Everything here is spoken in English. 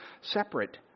separate